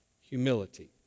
humility